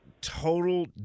total